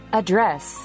address